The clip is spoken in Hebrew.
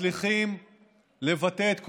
מצליחים לבטא את קולם,